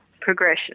progression